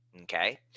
okay